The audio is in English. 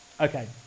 Okay